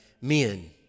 men